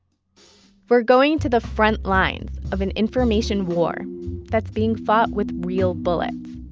we're going to the frontlines of an information war that's being fought with real bullets.